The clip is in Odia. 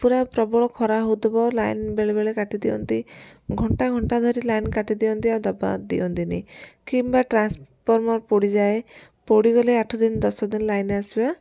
ପୁରା ପ୍ରବଳ ଖରା ହଉଥିବ ଲାଇନ ବେଳେବେଳେ କାଟି ଦିଅନ୍ତି ଘଣ୍ଟା ଘଣ୍ଟା ଧରି ଲାଇନ କାଟି ଦିଅନ୍ତି ଆଉ ଦବା ଦିଅନ୍ତିନି କିମ୍ବା ଟ୍ରାନ୍ସଫର୍ମର ପୋଡ଼ିଯାଏ ପୋଡ଼ିଗଲେ ଆଠଦିନ ଦଶଦିନ ଲାଇନ ଆସିବା